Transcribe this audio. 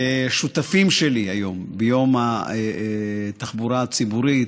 שותפים שלי היום ביום התחבורה הציבורית,